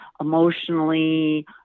emotionally